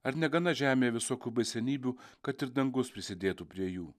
ar negana žemėje visokių baisenybių kad ir dangus prisidėtų prie jų